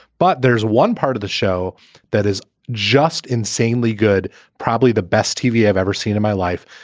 but there's one part of the show that is just insanely good probably the best tv i've ever seen in my life.